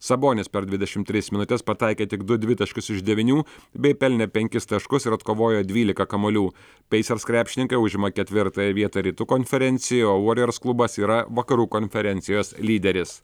sabonis per dvidešimt tris minutes pataikė tik du dvitaškius iš devynių bei pelnė penkis taškus ir atkovojo dvylika kamuolių pacers krepšininkai užima ketvirtąją vietą rytų konferencijoje o warriors klubas yra vakarų konferencijos lyderis